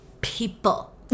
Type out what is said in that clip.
people